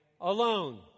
alone